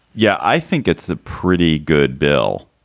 yeah, i think it's a pretty good bill.